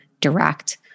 direct